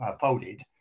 folded